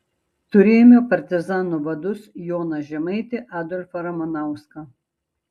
turėjome partizanų vadus joną žemaitį adolfą ramanauską